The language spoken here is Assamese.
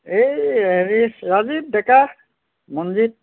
এই হেৰি ৰাজীৱ ডেকা মনজিত